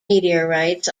meteorites